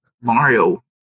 Mario